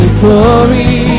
glory